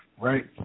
Right